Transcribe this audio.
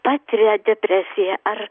patiria depresiją ar